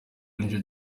nicyo